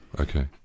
Okay